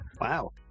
Wow